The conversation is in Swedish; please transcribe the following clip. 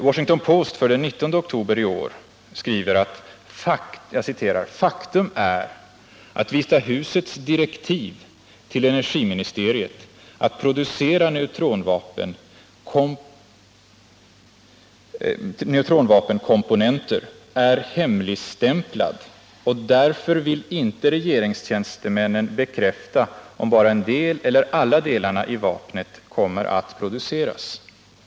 Washington Post för den 19 oktober i år skriver: Faktum är att Vita Husets direktiv till energiministeriet att producera neutronvapenkomponenter är hemligstämplade, och därför vill inte regeringstjänstemän bekräfta om bara en del eller alla delarna i vapnet kommer att produceras.